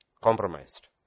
compromised